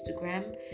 instagram